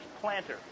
planter